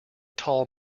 tall